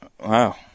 Wow